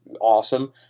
awesome